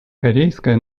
корейская